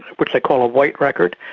which they call a white record,